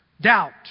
doubt